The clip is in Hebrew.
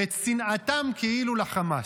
ואת שנאתם כאילו לחמאס.